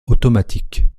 automatique